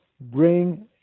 bring